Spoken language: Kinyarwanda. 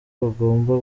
bagomba